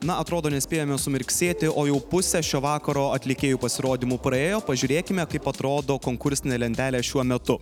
na atrodo nespėjome sumirksėti o jau pusę šio vakaro atlikėjų pasirodymų praėjo pažiūrėkime kaip atrodo konkursinė lentelė šiuo metu